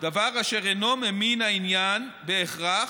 דבר אשר אינו ממין העניין בהכרח,